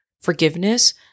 forgiveness